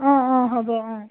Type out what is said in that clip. অ' অ' হ'ব অ'